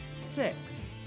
six